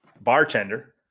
Bartender